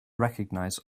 recognize